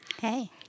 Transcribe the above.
Hey